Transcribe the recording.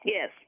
Yes